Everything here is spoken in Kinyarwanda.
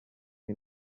iyi